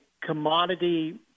commodity